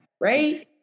Right